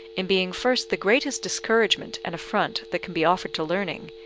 in being first the greatest discouragement and affront that can be offered to learning,